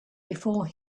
before